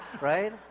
right